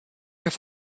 have